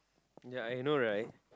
ya I know right